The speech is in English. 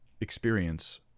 experience